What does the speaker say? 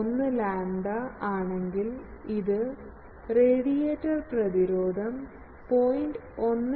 1 lambda ആണെങ്കിൽ ഇത് radiator പ്രതിരോധം 0